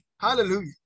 Hallelujah